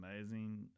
amazing